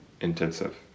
intensive